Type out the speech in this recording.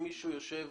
אם מישהו יושב